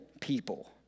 people